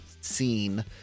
scene